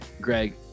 Greg